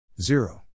zero